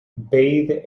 bathe